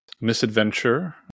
misadventure